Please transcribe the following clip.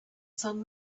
sun